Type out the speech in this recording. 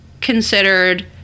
considered